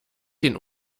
den